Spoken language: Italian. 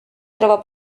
trova